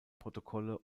protokolle